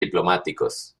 diplomáticos